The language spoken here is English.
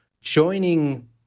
joining